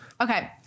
Okay